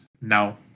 No